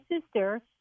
sister